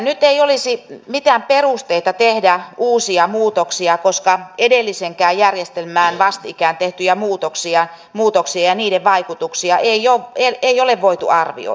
nyt ei olisi mitään perusteita tehdä uusia muutoksia koska edellisiäkään järjestelmään vastikään tehtyjä muutoksia ja niiden vaikutuksia ei ole voitu arvioida